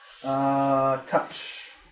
Touch